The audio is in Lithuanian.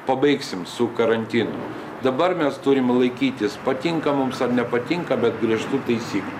pabaigsim su karantinu dabar mes turim laikytis patinka mums ar nepatinka bet griežtų taisyklių